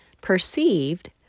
perceived